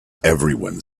everyone